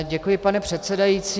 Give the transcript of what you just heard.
Děkuji, pane předsedající.